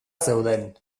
zeuden